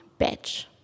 bitch